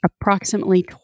approximately